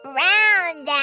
round